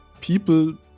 people